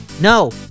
No